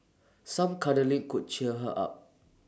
some cuddling could cheer her up